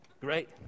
Great